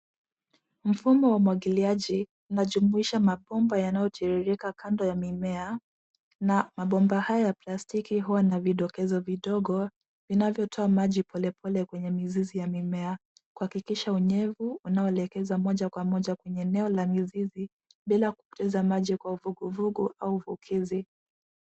Mfumo wa umwagiliaji, unajumuisha mabomba yanayotiririka kando ya mimea na mabomba hayo ya plastiki huwa na vidokezo vodogo vinavyotoa maji polepole kwenye mizizi ya mimea, kuhakikisha unyevu unaoelekezwa moja kwa moja kwenye eneo la mizizi, bila kupoteza maji kwa uvuguvugu au vukizi.